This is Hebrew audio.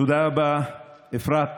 תודה רבה ומיוחדת, אפרת.